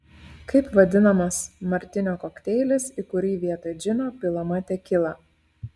kaip vadinamas martinio kokteilis į kurį vietoj džino pilama tekila